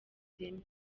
ireme